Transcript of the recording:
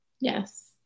yes